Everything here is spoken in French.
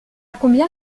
combien